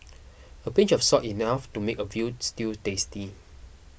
a pinch of salt enough to make a Veal Stew tasty